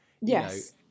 yes